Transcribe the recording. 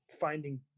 finding